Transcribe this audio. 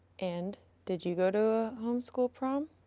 and did you go to homeschool prom?